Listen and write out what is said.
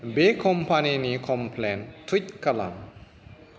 बे कम्पानिनि कमप्लेन टुइट खालाम